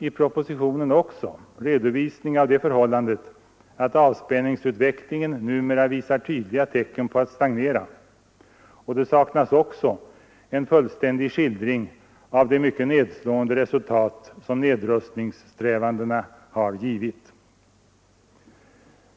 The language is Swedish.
I propositionen saknas också redovisning av det förhållandet att avspänningsutvecklingen numera visar tydliga tecken på att stagnera, och där saknas vidare en fullständig skildring av det mycket nedslående resultat som nedrustningssträvandena har givit.